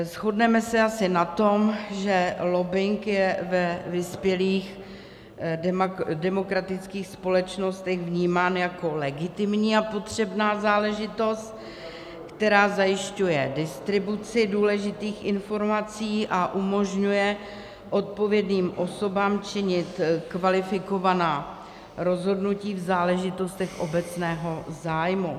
Shodneme se asi na tom, že lobbing je ve vyspělých demokratických společnostech vnímán jako legitimní a potřebná záležitost, která zajišťuje distribuci důležitých informací a umožňuje odpovědným osobám činit kvalifikovaná rozhodnutí v záležitostech obecného zájmu.